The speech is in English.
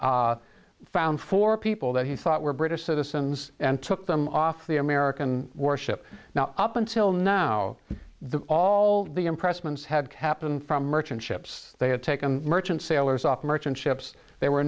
sailors found for people that he thought were british citizens and took them off the american warship now up until now the all the impressment had happened from merchant ships they had taken merchant sailors off merchant ships they were